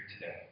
Today